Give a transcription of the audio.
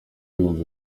ibihumbi